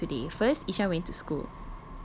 what did they do today first ishan went to school